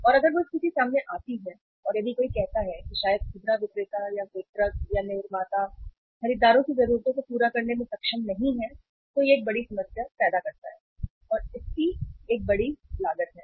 और अगर वह स्थिति सामने आती है और यदि कोई कहता है कि शायद खुदरा विक्रेता या वितरक या निर्माता खरीदारों की जरूरतों को पूरा करने में सक्षम नहीं है तो यह एक बड़ी समस्या पैदा करता है और इसकी एक बड़ी लागत है